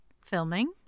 filming